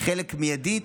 חלק מיידית